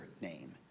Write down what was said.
name